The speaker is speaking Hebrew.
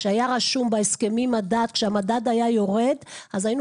כשהיה רשום בהסכמים מדד - כשהמדד היה יורד היינו